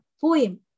poem